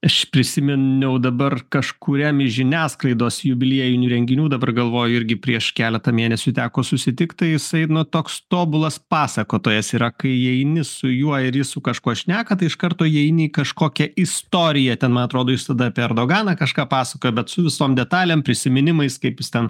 aš prisiminiau dabar kažkuriam iš žiniasklaidos jubiliejinių renginių dabar galvoju irgi prieš keletą mėnesių teko susitikt tai jisai nu toks tobulas pasakotojas yra kai įeini su juo ir jis su kažkuo šneka tai iš karto įeini į kažkokią istoriją ten man atrodo jis tada apie erdoganą kažką pasakojo bet su visom detalėm prisiminimais kaip jis ten